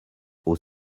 aux